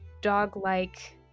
dog-like